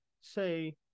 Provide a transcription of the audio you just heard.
say